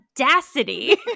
audacity